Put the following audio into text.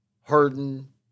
Harden